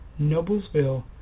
Noblesville